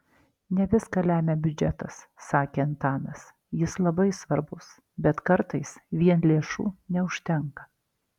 ne viską lemia biudžetas sakė antanas jis labai svarbus bet kartais vien lėšų neužtenka